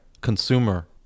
consumer